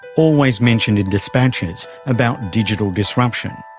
always mentioned in dispatches about digital disruption.